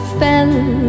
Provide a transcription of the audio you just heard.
fell